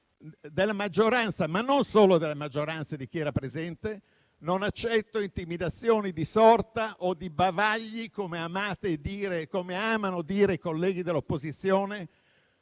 della maggioranza, ma non solo della maggioranza, di chi era presente. Non accetto intimidazioni di sorta o bavagli, come amate dire e come amano dire i colleghi dell'opposizione